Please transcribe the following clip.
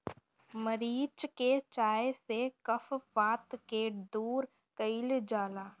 मरीच के चाय से कफ वात के दूर कइल जाला